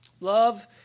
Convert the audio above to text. Love